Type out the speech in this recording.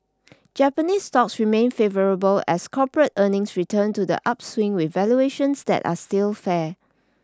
Japanese stocks remain favourable as corporate earnings return to the upswing with valuations that are still fair